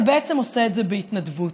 אתה בעצם עושה בהתנדבות.